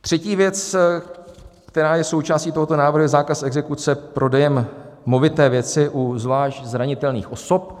Třetí věc, která je součástí tohoto návrhu, je zákaz exekuce prodejem movité věci u zvlášť zranitelných osob.